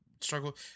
struggle